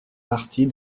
partie